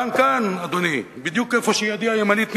כאן, כאן, אדוני, בדיוק איפה שידי הימנית נמצאת,